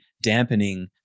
dampening